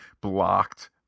blocked